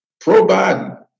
pro-Biden